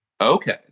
Okay